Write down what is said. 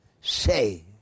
Say